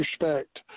respect